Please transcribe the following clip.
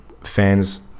fans